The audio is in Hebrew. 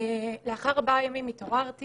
לאחר ארבעה ימים התעוררתי